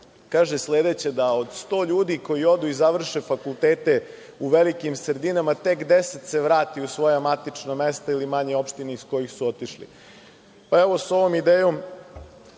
kaže sledeće, da od sto ljudi koji odu i završe fakultete u velikim sredinama, tek 10 se vrati u svoja matična mesta ili manje opštine iz kojih su otišli. Evo, s ovom idejom,